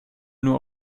nur